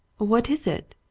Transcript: what is it?